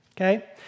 okay